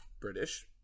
British